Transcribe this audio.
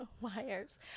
wires